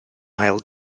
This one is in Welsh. ail